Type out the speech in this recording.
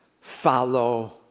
follow